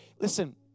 listen